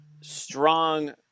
strong